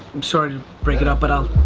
i'm sorry to break it up, but